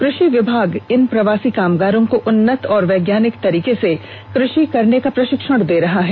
कृषि विभाग इन प्रवासी कामगारों को उन्नत और वैज्ञानिक तरीके से कृषि करने का प्रषिक्षण दे रहा है